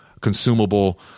consumable